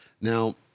Now